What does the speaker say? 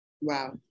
wow